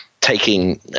taking